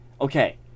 Okay